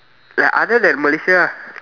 like other than Malaysia ah